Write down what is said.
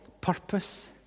purpose